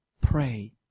pray